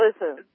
Listen